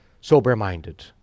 sober-minded